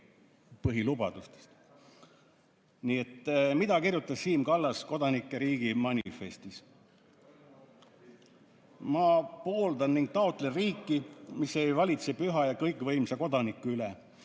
põhilubadustest. Nii et mida kirjutas Siim Kallas kodanike riigi manifestis? "Ma pooldan ning taotlen riiki, mis ei valitse püha ja kõikvõimsana Kodaniku üle